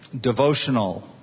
devotional